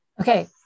Okay